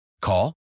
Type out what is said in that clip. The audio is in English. Call